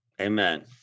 Amen